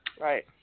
Right